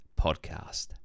podcast